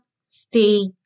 stay